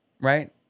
right